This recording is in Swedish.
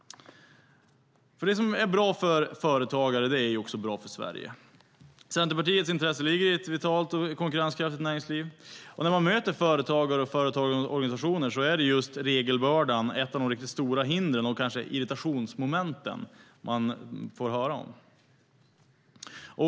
Det som är bra för företagare är bra också för Sverige. Centerpartiets intresse ligger i ett vitalt och konkurrenskraftigt näringsliv. När man möter företagare och företagarorganisationer är just regelbördan ett av de riktigt stora hinder och irritationsmoment som de berättar om.